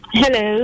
hello